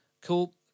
cool